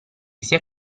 sia